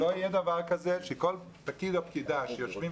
שלא יהיה דבר כזה שכל פקיד או פקידה שיושבים